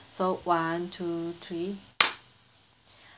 so one two three